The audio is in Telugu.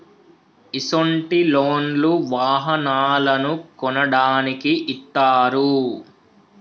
ఇసొంటి లోన్లు వాహనాలను కొనడానికి ఇత్తారు